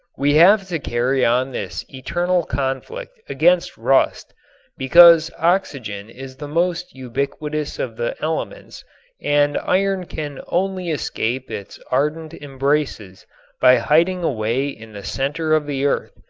we have to carry on this eternal conflict against rust because oxygen is the most ubiquitous of the elements and iron can only escape its ardent embraces by hiding away in the center of the earth.